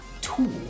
tool